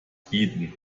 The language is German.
bieten